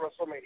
WrestleMania